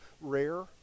rare